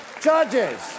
Judges